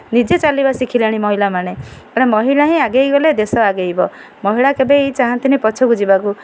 ନିଜେ ଚାଲିବା ଶିଖିଲାଣି ମହିଳାମାନେ କାରଣ ମହିଳା ହିଁ ଆଗେଇ ଗଲେ ଦେଶ ଆଗେଇବ ମହିଳା କେବେବି ଚାହାନ୍ତିନି ପଛକୁ ଯିବାକୁ